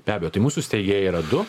be abejo mūsų steigėjai yra du